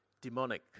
demonic